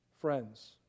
friends